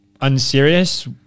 unserious